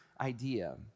idea